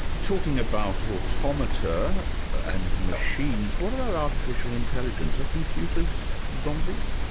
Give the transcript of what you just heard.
talking about automata and machines, what about artificial intelligence? are computers zombies?